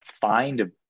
find